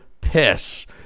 piss